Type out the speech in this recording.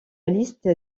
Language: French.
liste